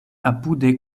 apude